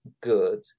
good